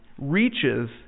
reaches